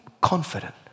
confident